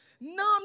numb